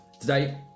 Today